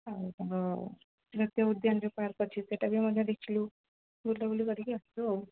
ହଉ ଉଦ୍ୟାନ ଯୋଉ ପାର୍କ ଅଛି ସେଟା ବି ମଧ୍ୟ ଦେଖିଲୁ ବୁଲାବୁଲି କରିକି ଆସିଲୁ ଆଉ